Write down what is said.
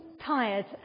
tired